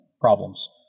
problems